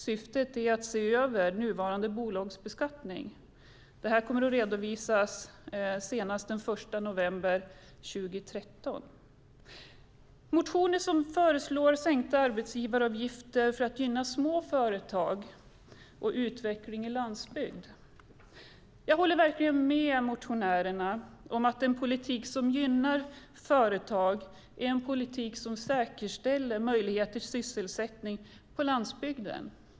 Syftet är att se över nuvarande bolagsbeskattning. Kommittén kommer att redovisa sitt uppdrag senast den 1 november 2013. När det gäller de motioner som föreslår sänkta arbetsgivaravgifter för att gynna små företag och utveckling i landsbygd håller jag verkligen med motionärerna om att en politik som gynnar företag är en politik som säkerställer möjligheter till sysselsättning på landsbygden.